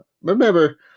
remember